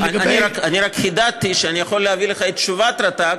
אני רק חידדתי שאני יכול להביא לך את תשובת רט"ג,